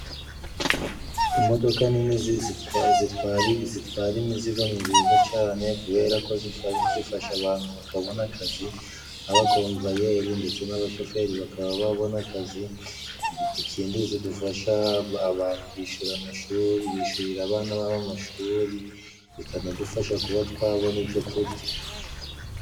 Imodoka nini zitwara imizigo ni nziza cane, kubera ko zifasha abantu bakabona akazi. abakomvayeri ndetse n'abashoferi bakaba babona akazi ikindi zidufasha abantu bishyura amashuri bishyurira abana b'amashuri bikanadufasha kuba twabona ibyo turya